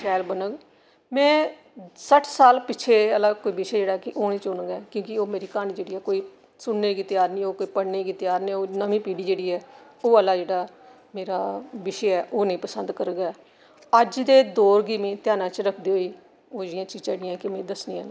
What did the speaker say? शैल बनग में सट्ठ साल पिच्छें आह्ला कोई विशे जेह्ड़ा ऐ कि ओह् नेईं चुनङ ऐ की कि ओह् मेरी क्हानी जेह्ड़ी ऐ कोई सुनने गी तयार नेईं होग कोई पढ़ने गी त्यार नेई होग नमीं पिढ़ी जेह्ड़ी ऐ ओह् आह्ला जेह्ड़ा मेरा विशे ऐ ओह् निं पंसद करग ऐ अज्ज दे दौर गी मी ध्याना च रखदे होई उ'ऐ जेइयां चीजां जेह्ड़ियां मिगी दस्सनियां न